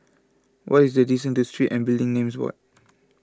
what is the distance to Street and Building Names Board